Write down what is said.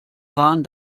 waren